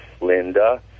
Linda